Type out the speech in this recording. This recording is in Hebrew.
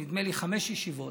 נדמה לי, חמש ישיבות,